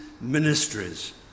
ministries